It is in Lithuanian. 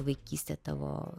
vaikystė tavo